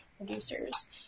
Producers